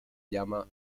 llama